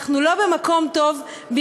אנחנו לא במקום טוב בכלל.